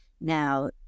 Now